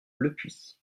lepuix